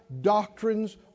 doctrines